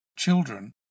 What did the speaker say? Children